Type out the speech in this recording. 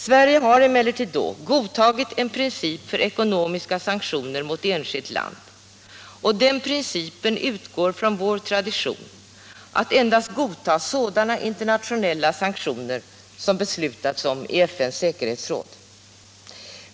Sverige har emellertid då godtagit en princip för ekonomiska sanktioner mot enskilt land, och den principen utgår från vår tradition att endast godta sådana internationella sanktioner som beslutats i FN:s säkerhetsråd.